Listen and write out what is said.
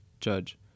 Judge